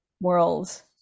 worlds